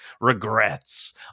Regrets